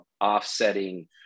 offsetting